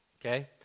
okay